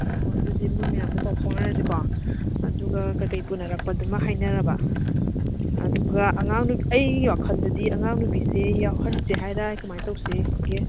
ꯑꯣ ꯑꯗꯨꯗꯤ ꯃꯣꯏ ꯃꯌꯥꯝꯗꯣ ꯄꯥꯎ ꯐꯥꯎꯅꯔꯁꯤꯀꯣ ꯑꯗꯨꯒ ꯀꯩꯀꯩ ꯄꯨꯅꯔꯛꯄꯗꯨꯃ ꯍꯥꯏꯅꯔꯕ ꯑꯗꯨꯒ ꯑꯉꯥꯡ ꯅꯨꯄꯤ ꯑꯩ ꯋꯥꯈꯟꯗꯗꯤ ꯑꯉꯥꯡ ꯅꯨꯄꯤꯁꯦ ꯌꯥꯎꯁꯟꯁꯦ ꯍꯥꯏꯔ ꯀꯃꯥꯏ ꯇꯧꯁꯤꯒꯦ